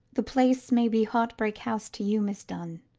the place may be heartbreak house to you, miss dunn,